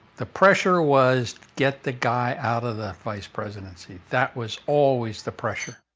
the pressure was get the guy out of the vice presidency. that was always the pressure